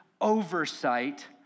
oversight